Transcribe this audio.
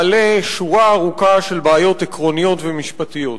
מעלה שורה ארוכה של בעיות עקרוניות ומשפטיות.